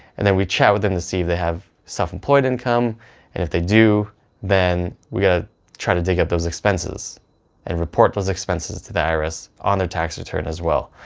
and then we chat with them to see if they have self-employed income and if they do then we've got to try to dig up those expenses and report those expenses to the irs on their tax return as well.